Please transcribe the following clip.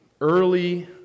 early